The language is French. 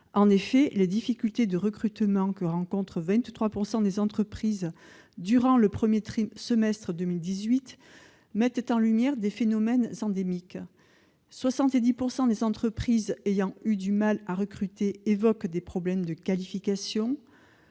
En effet, les difficultés de recrutement que rencontrent 23 % des entreprises durant le premier semestre 2018 mettent en lumière des phénomènes endémiques. Ainsi, 70 % des entreprises ayant eu du mal à recruter évoquent des problèmes de qualification